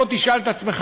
בוא תשאל את עצמך,